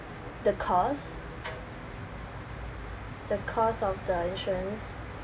the cost the cost of the insurance